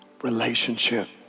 relationship